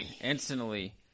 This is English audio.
instantly